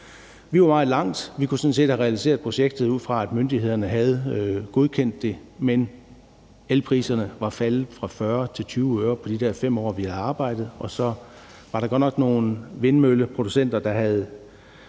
Vi var meget langt; vi kunne sådan set have realiseret projektet, ud fra at myndighederne havde godkendt det, men elpriserne var faldet fra 40 øre til 20 øre på de der 5 år, vi havde arbejdet. Og så var der godt nok nogle vindmølleproducenter, der havde